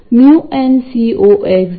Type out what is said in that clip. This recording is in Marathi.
तर आपल्याकडे करंट सोर्स I0 आहे